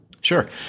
Sure